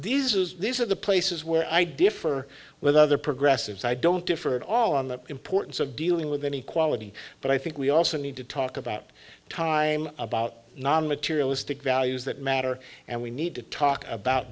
are these are the places where i differ with other progressives i don't differ at all on the importance of dealing with any quality but i think we also need to talk about time about non materialistic values that matter and we need to talk about